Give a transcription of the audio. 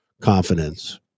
confidence